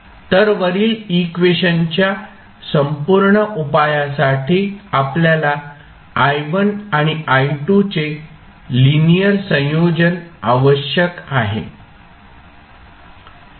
तर वरील इक्वेशनच्या संपूर्ण उपायासाठी आपल्याला i1 आणि i2 चे लिनीअर संयोजन आवश्यक आहे